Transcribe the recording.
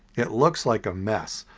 it looks like a mess.